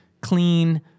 clean